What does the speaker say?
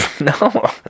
No